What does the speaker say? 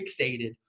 fixated